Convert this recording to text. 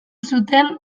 zuten